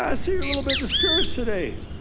ah see you're a little bit discouraged today?